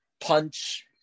punch